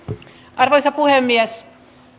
arvoisa puhemies